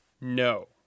No